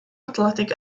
athletic